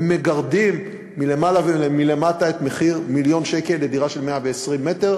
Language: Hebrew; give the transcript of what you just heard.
הם מגרדים מלמעלה ומלמטה את המחיר של מיליון שקל לדירה של 120 מטר,